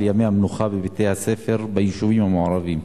לימי המנוחה בבתי-הספר ביישובים המעורבים.